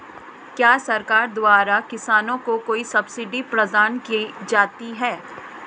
क्या सरकार द्वारा किसानों को कोई सब्सिडी प्रदान की जाती है?